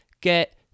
get